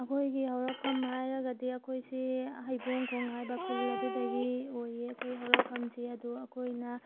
ꯑꯩꯈꯣꯏꯒꯤ ꯍꯧꯔꯛꯐꯝ ꯍꯥꯏꯔꯒꯗꯤ ꯑꯩꯈꯣꯏꯁꯤ ꯍꯩꯕꯣꯡꯈꯣꯡ ꯍꯥꯏꯕ ꯈꯨꯜ ꯑꯗꯨꯗꯒꯤ ꯑꯣꯏꯌꯦ ꯑꯩꯈꯣꯏ ꯍꯧꯔꯛꯐꯝꯁꯦ ꯑꯗꯣ ꯑꯩꯈꯣꯏꯅ